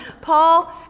Paul